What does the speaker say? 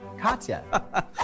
Katya